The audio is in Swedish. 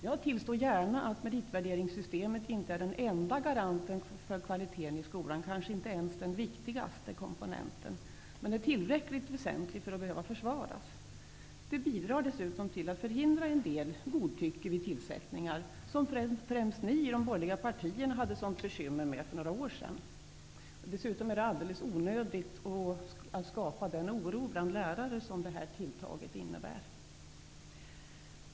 Jag tillstår gärna att meritvärderingssystemet inte är den enda garanten för kvalitet i skolan, kanske inte ens den viktigaste komponenten. Men det är tillräckligt väsentligt för att behöva försvaras. Systemet bidrar dessutom till att förhindra en del godtycke vid tillsättningar, som främst ni i de borgerliga partierna hade ett sådant bekymmer med för några år sedan. Dessutom är det alldeles onödigt att skapa den oro bland lärare som det här tilltaget innebär.